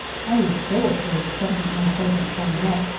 i was so afraid of something unpleasant coming up,